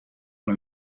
van